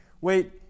wait